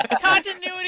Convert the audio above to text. Continuity